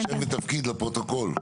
שם ותפקיד לפרוטוקול.